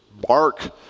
bark